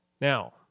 Now